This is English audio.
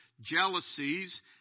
jealousies